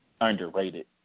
underrated